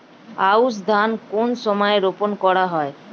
আউশ ধান কোন সময়ে রোপন করা হয়?